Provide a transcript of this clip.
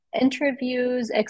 interviews